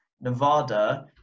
Nevada